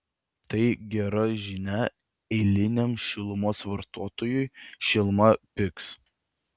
tai gera žinia eiliniam šilumos vartotojui šiluma pigs